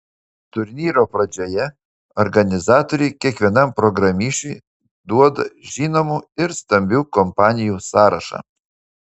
turnyro pradžioje organizatoriai kiekvienam programišiui duoda žinomų ir stambių kompanijų sąrašą